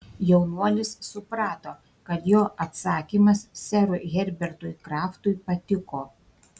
jaunuolis suprato kad jo atsakymas serui herbertui kraftui patiko